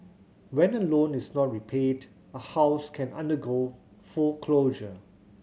when a loan is not repaid a house can undergo foreclosure